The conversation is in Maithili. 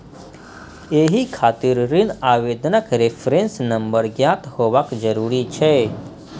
एहि खातिर ऋण आवेदनक रेफरेंस नंबर ज्ञात होयब जरूरी छै